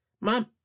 Mom